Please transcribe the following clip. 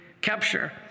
capture